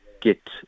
get